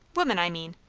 women, i mean.